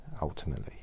ultimately